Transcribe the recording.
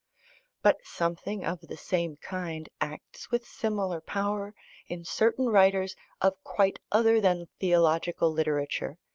but something of the same kind acts with similar power in certain writers of quite other than theological literature,